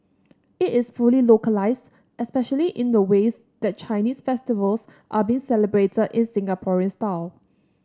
it is fully localised especially in the ways that Chinese festivals are being celebrated in Singaporean style